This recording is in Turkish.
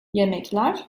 yemekler